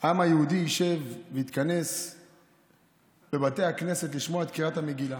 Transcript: העם היהודי יתכנס בבתי הכנסת לשמוע את קריאת המגילה.